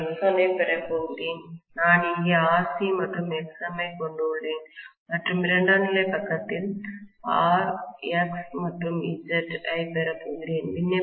நான் X1 ஐப் பெறப்போகிறேன் நான் இங்கே Rc மற்றும் Xm ஐ கொண்டு உள்ளேன் மற்றும் இரண்டாம் நிலை பக்கத்தில் R X மற்றும் Z ஐப் பெறப்போகிறேன்